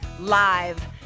Live